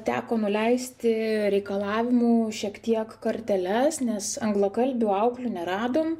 teko nuleisti reikalavimų šiek tiek korteles nes anglakalbių auklių neradom